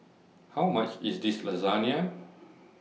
How much IS Lasagne